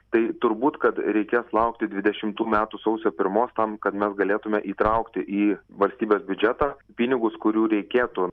tai turbūt kad reikės laukti dvidešimtų metų sausio pirmos tam kad mes galėtume įtraukti į valstybės biudžetą pinigus kurių reikėtų